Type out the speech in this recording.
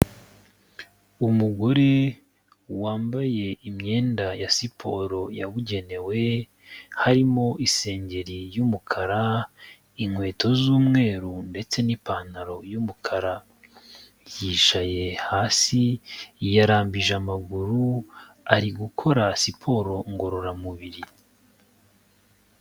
Umugore wambaye imyenda ya siporo yabugenewe, harimo isengeri y'umukara, inkweto z'umweru, ndetse n'ipantaro y'umukara, yicaye hasi, yarambije amaguru, ari gukora siporo ngororamubiri.